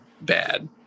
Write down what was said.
bad